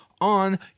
on